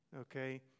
Okay